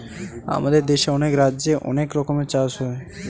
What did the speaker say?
আমাদের দেশে অনেক রাজ্যে অনেক রকমের চাষ হয়